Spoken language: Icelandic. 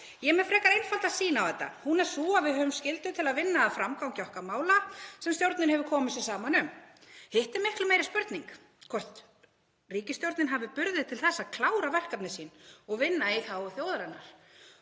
„Ég er með frekar einfalda sýn á þetta. Hún er sú að við höfum skyldu til þess að vinna að framgangi okkar mála, sem stjórnin hefur komið sér saman um. […] Hitt er miklu meiri spurning, hvort að ríkisstjórn hefur burði til þess að klára verkefnin sín og vinna í þágu þjóðarinnar.“